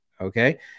okay